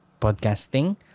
podcasting